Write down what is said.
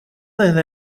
desde